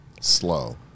slow